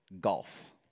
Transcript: golf